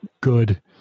good